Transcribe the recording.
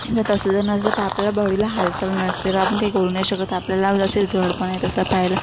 जर तसं जर नसलं तर आपल्याला बॉडीला हालचाल नसते तर आपण काही करू नाही शकत आपल्याला जसे जडपण येतं असं पायाला